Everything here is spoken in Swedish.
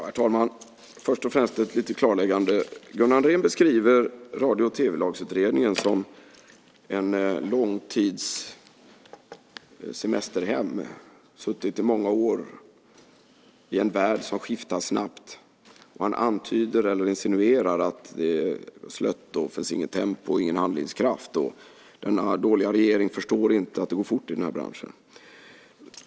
Herr talman! Först och främst vill jag göra ett litet klarläggande. Gunnar Andrén beskriver Radio och tv-lagsutredningen som en lång tids semesterhem. Den har suttit i många år i en värld som skiftar snabbt. Han antyder, eller insinuerar, att det är slött, det finns inget tempo och ingen handlingskraft. Denna dåliga regering förstår inte att det går fort i branschen.